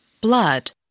Blood